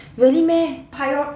really meh